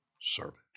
servant